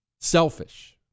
selfish